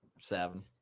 Seven